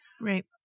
Right